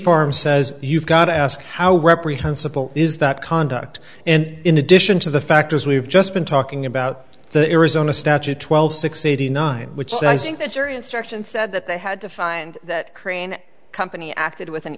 farm says you've got to ask how reprehensible is that conduct and in addition to the fact as we've just been talking about the arizona statute twelve six eighty nine which so i think the jury instructions said that they had to find that korean company acted with an